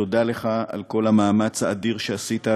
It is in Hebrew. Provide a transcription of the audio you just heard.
תודה לך על כל המאמץ האדיר שעשית,